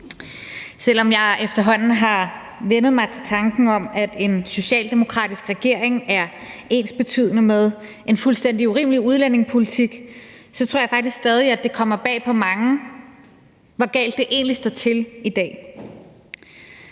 Selv om jeg efterhånden har vænnet mig til tanken om, at en socialdemokratisk regering er ensbetydende med en fuldstændig urimelig udlændingepolitik, så tror jeg faktisk stadig, at det kommer bag på mange, hvor galt det egentlig står til i dag.